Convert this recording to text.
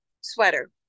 sweater